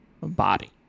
body